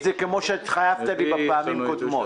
זה כפי שהתחייבת לי בפעמים הקודמות.